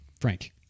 Frank